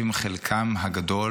חלקם הגדול